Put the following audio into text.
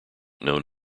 known